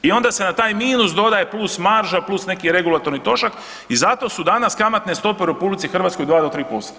I onda se na taj minus dodaje + marža + neki regulatorni trošak i zato su danas kamatne stope u RH 2 do 3%